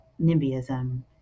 NIMBYism